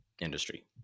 industry